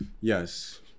Yes